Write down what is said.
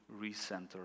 recenter